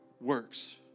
works